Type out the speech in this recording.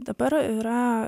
dabar yra